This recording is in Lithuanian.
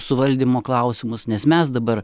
suvaldymo klausimus nes mes dabar